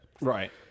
Right